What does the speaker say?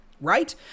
right